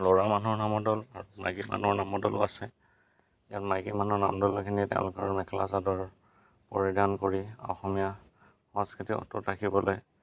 ল'ৰা মানুহৰ নামৰ দল আৰু মাইকী মানুহৰ নামৰ দলো আছে ইয়াত মাইকী মানুহৰ নামৰ দলখিনি তেওঁলোকৰ মেখেলা চাদৰ পৰিধান কৰি অসমীয়া সংস্কৃতি অটুট ৰাখিবলৈ